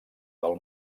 del